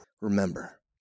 Remember